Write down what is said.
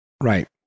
Right